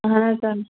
اَہَن حظ تَمۍ